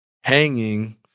Hanging